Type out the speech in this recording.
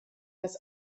das